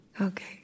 Okay